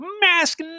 mask